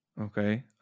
Okay